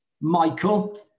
Michael